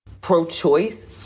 pro-choice